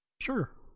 Sure